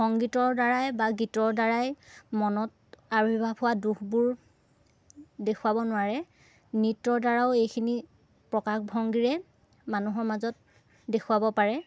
সংগীতৰ দ্বাৰাই বা গীতৰ দ্বাৰাই মনত আবিৰ্ভাৱ হোৱা দূখবোৰ দেখুৱাব নোৱাৰে নৃত্যৰ দ্বাৰাও এইখিনি প্ৰকাশভংগীৰে মানুহৰ মাজত দেখুৱাব পাৰে